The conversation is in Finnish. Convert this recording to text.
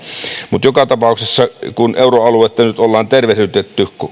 mutta joka tapauksessa kun euroaluetta nyt ollaan tervehdytetty